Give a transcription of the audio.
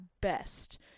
best